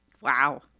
wow